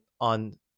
on